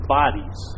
bodies